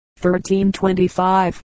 1325